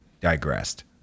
digressed